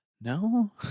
No